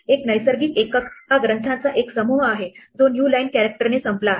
एक नैसर्गिक एकक हा ग्रंथांचा एक समूह आहे जो न्यू लाईन कॅरेक्टरने संपला आहे